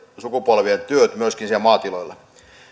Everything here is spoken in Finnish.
sukupolvien työt siellä maatiloilla